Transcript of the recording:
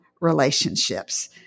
relationships